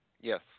yes